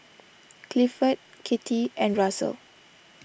Clifford Kittie and Russell